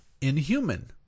inhuman